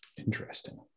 Interesting